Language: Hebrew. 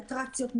אטרקציות,